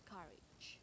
Courage